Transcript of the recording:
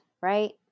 right